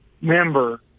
member